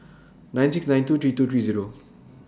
nine six nine two three two three Zero